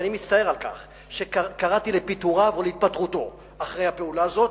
ואני מצטער על כך שקראתי לפיטוריו ולהתפטרותו אחרי הפעולה הזאת.